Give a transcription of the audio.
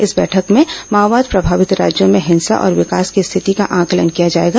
इस बैठक में माओवाद प्रभावित राज्यों में हिंसा और विकास की स्थिति का आंकलन किया जाएगा